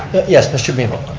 yes, mr. beaman.